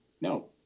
no